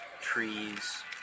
trees